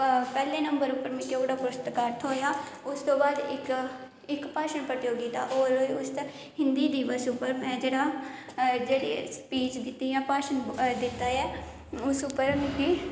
पैह्ले नम्बर उप्पर मिगी ओह्कड़ा पुरस्कार थ्होएआ उस तू बाद इक इक भाशन प्रतियोगिता होर होई उसदा हिंदी दिवस उप्पर में जेह्ड़ा जेह्ड़ी स्पीच दित्ती जां भाशन दित्ता ऐ उस उप्पर मिगी